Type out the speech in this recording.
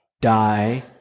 die